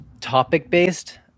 topic-based